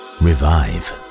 revive